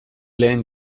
lehen